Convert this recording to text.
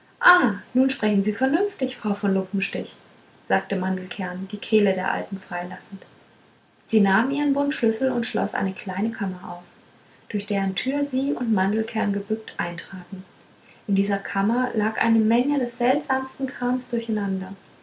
nun sprechen sie vernünftig frau von lumpenstich sagte mandelkern die kehle der alten freilassend sie nahm ihren bund schlüssel und schloß eine kleine kammer auf durch deren tür sie und mandelkern gebückt eintraten in dieser kammer lag eine menge des seltsamsten krams durcheinander